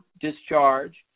discharge